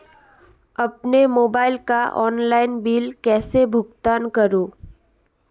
अपने मोबाइल का online bill कैसे भुगतान करूं?